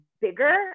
bigger